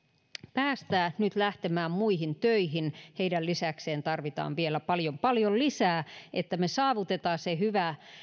päästää nyt lähtemään muihin töihin heidän lisäkseen tarvitaan vielä paljon paljon lisää että me saavutamme sen hyvän